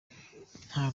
nta